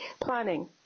planning